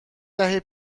دهه